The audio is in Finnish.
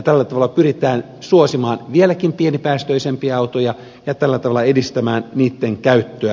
tällä tavalla pyritään suosimaan vieläkin pienipäästöisempiä autoja ja tällä tavalla edistämään niitten käyttöä